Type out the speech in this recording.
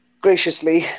graciously